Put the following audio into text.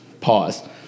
pause